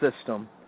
system